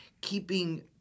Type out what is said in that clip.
keeping